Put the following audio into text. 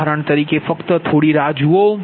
ઉદાહરણ તરીકે ફક્ત થોડી રાહ જુઓ